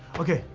okay,